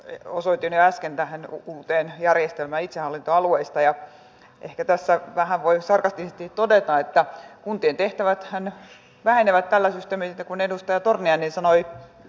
huoleni osoitin jo äsken tähän uuteen järjestelmään itsehallintoalueista ja ehkä tässä vähän voi sarkastisesti todeta että kuntien tehtäväthän vähenevät tällä systeemillä kuin edustaja torniainen sanoi